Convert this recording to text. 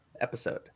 episode